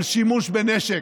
על שימוש בנשק,